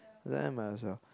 then might as well